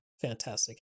fantastic